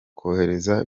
kohereza